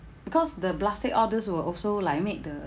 because the plastic all these will also like make the